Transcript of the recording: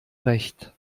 recht